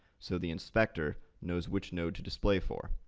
so the inspector knows which node to display for.